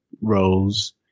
Rose